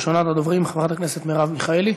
ראשונת הדוברים, חברת הכנסת מרב מיכאלי.